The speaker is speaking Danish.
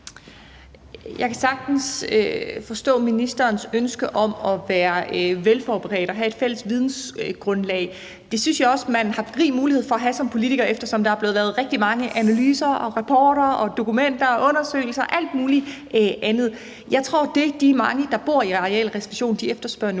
Jeg kan sagtens forstå ministerens ønske om at være velforberedt og have et fælles vidensgrundlag. Det synes jeg også at man har rig mulighed for at have som politiker, eftersom der er blevet lavet rigtig mange analyser, rapporter, dokumenter, undersøgelser og alt muligt andet. Jeg tror, at det, som de mange, der bor inden for arealreservationen, efterspørger nu,